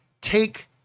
take